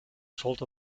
sold